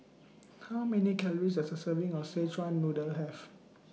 How Many Calories Does A Serving of Szechuan Noodle Have